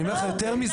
אני אומר לך יותר מזה,